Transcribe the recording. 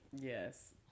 Yes